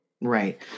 Right